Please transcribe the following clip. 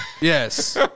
Yes